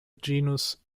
genus